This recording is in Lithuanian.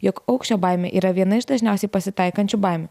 jog aukščio baimė yra viena iš dažniausiai pasitaikančių baimių